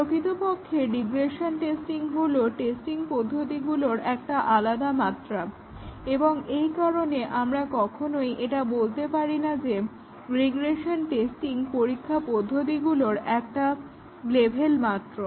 প্রকৃতপক্ষে regression testing হল testing পদ্ধতিগুলোর একটা আলাদা মাত্রা এবং এই কারণে আমরা কখনই এটা বলতে পারি না যে রিগ্রেশন টেস্টিং পরীক্ষা পদ্ধতিগুলোর একটা লেভেল মাত্র